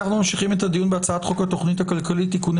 אנחנו ממשיכים את הדיון בהצעת חוק התכנית הכלכלית (תיקוני